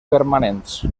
permanents